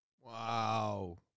Wow